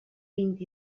vint